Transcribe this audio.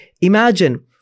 imagine